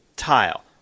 Tile